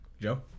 Joe